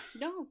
no